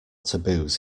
taboos